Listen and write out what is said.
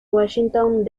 washington